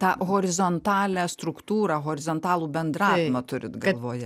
tą horizontalią struktūrą horizontalų bendravimą turit galvoje